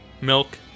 Milk